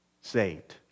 saved